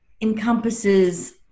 encompasses